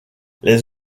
les